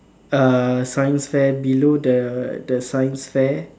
uh science fair below the the science fair